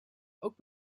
ook